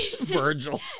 Virgil